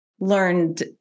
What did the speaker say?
learned